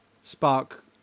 spark